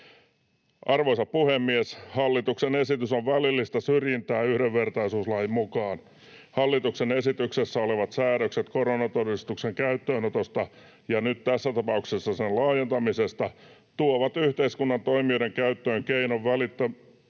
Arvoisa puhemies! Hallituksen esitys on välillistä syrjintää yhdenvertaisuuslain mukaan. Hallituksen esityksessä olevat säädökset koronatodistuksen käyttöönotosta ja nyt tässä tapauksessa sen laajentamisesta tuovat yhteiskunnan toimijoiden käyttöön keinon välittömään